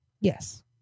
Yes